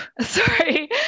sorry